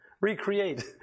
Recreate